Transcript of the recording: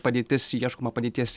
padėtis ieškoma padėties